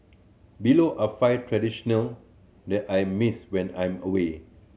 below are five traditional that I miss when I'm away